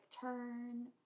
turn